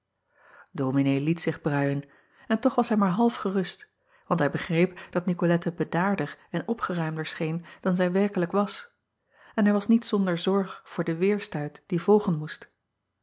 ominee liet zich bruien en toch was hij maar half gerust want hij begreep dat icolette bedaarder en opgeruimder scheen dan zij werkelijk was en hij was niet zonder zorg voor den weêrstuit die volgen moest